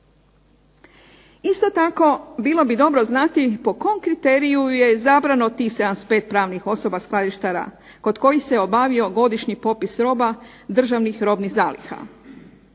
Isto tako, bilo bi dobro znati po kom kriteriju je izabrano tih 75 pravnih osoba skladištara kod kojih se obavio godišnji popis roba državnih robnih zaliha.